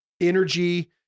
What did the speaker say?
energy